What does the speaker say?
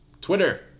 Twitter